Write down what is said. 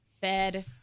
bed